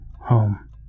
home